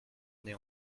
année